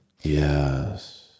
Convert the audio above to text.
Yes